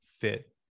fit